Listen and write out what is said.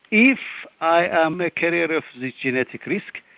if i am a carrier of the genetic risk,